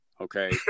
okay